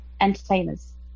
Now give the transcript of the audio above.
entertainers